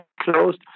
closed